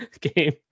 game